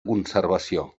conservació